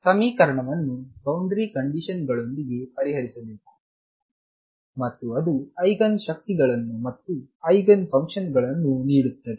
ಸಮೀಕರಣವನ್ನು ಬೌಂಡರಿ ಕಂಡೀಶನ್ಗಳೊಂದಿಗೆ ಪರಿಹರಿಸಬೇಕು ಮತ್ತು ಅದು ಐಗನ್ ಶಕ್ತಿಗಳನ್ನು ಮತ್ತು ಐಗನ್ ಫಂಕ್ಷನ್ಗಳನ್ನು ನೀಡುತ್ತದೆ